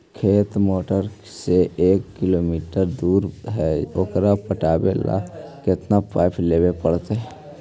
खेत मोटर से एक किलोमीटर दूर है ओकर पटाबे ल केतना पाइप लेबे पड़तै?